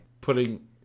putting